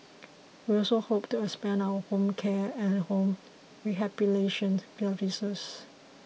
we also hope to expand our home care and home services